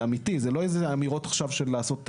זה אמיתי, אלה לא אמירות עכשיו לעשות פופוליזם.